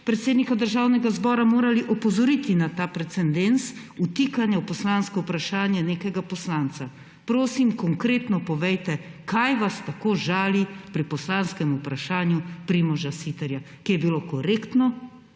predsednika Državnega zbora morali opozoriti na ta precedens vtikanja v poslansko vprašanje nekega poslanca. Prosim, konkretno povejte, kaj vas tako žali pri poslanskem vprašanju Primoža Siterja, ki je bilo zelo korektno